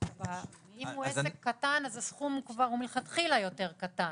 אם הוא עסק קטן, הסכום מלכתחילה יותר קטן.